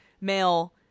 male